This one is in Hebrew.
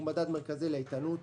הוא מדד מרכזי לאיתנות